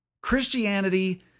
Christianity